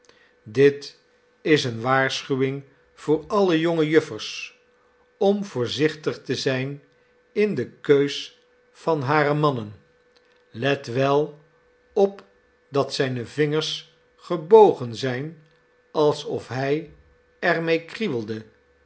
dit is eene waarschuwing voor alle jonge juffers om voorzichtig te zijn in de keus van hare mannen let wel op dat zijne vingers gebogen zijn alsof hij er mee krieuwelde